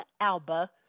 Alba